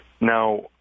Now